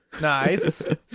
Nice